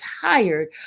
tired